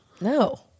no